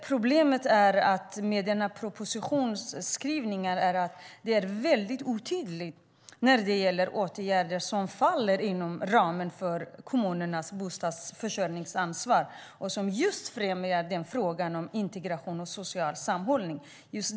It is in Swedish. Problemet är att skrivningarna i propositionen är mycket otydliga när det gäller åtgärder som faller inom ramen för kommunernas bostadsförsörjningsansvar och som främjar integration och social sammanhållning.